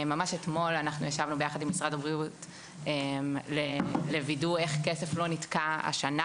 ממש אתמול ישבנו ביחד עם משרד הבריאות לוודא איך כסף לא נתקע השנה